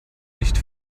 nicht